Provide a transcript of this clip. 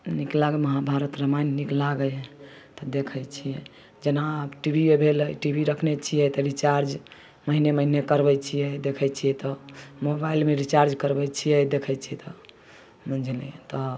नीक लागै है महाभारत रामायण नीक लागै है तऽ देखै छियै जेना टी वी ये भेलै टी वी रखने छियै तऽ रिचार्ज महीने महीने करबै छियै देखै छियै तऽ मोबाइलमे रिचार्ज करबै करबै छियै देखै छियै तऽ बुझलिए तऽ